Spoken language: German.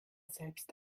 selbst